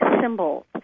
symbols